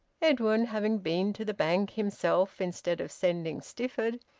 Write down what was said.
edwin having been to the bank himself, instead of sending stifford,